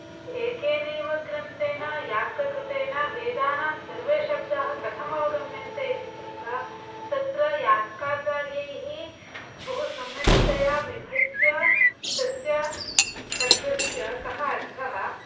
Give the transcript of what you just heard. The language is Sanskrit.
एकेनैव ग्रन्थेन यास्ककृतेन वेदानां सर्वे शब्दाः कथम् अवगम्यन्ते इति चेत् तत्र यास्काचार्यैः बहु सम्यक्तया विभज्य तस्य शब्दस्य कः अर्थः